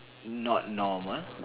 not normal